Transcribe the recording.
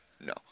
no